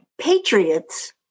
patriots